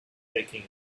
taking